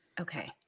Okay